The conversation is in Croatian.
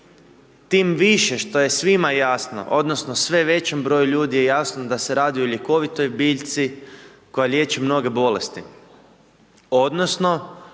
tim više što je svima jasno odnosno sve većem broju ljudi je jasno da se radi o ljekovitoj biljci koja liječi mnoge bolesti, odnosno